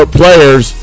players